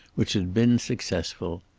which had been successful.